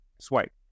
swipe